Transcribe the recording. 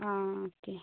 ആ ഓക്കെ